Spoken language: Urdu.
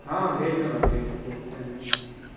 ہاں بھیج دو نا بھیج دیکھتے ہیں ہم بھی